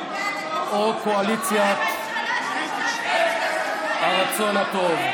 או קואליציית הרצון הטוב.